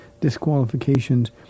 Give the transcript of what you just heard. disqualifications